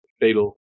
fatal